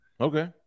Okay